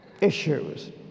issues